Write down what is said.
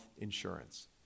insurance